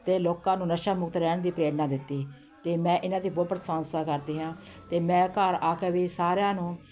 ਅਤੇ ਲੋਕਾਂ ਨੂੰ ਨਸ਼ਾ ਮੁਕਤ ਰਹਿਣ ਦੀ ਪ੍ਰੇਰਨਾ ਦਿੱਤੀ ਅਤੇ ਮੈਂ ਇਹਨਾਂ ਦੀ ਬਹੁਤ ਪ੍ਰਸੰਸਾ ਕਰਦੀ ਹਾਂ ਅਤੇ ਮੈਂ ਘਰ ਆ ਕੇ ਵੀ ਸਾਰਿਆਂ ਨੂੰ